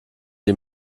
die